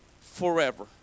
forever